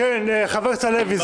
חבר הכנסת הלוי,